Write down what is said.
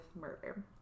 murder